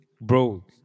Bro